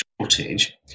shortage